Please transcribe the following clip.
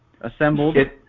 assembled